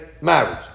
marriage